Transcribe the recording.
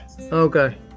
Okay